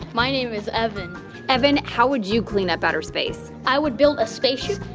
my name is evan evan, how would you clean up outer space? i would build a spaceship,